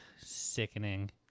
sickening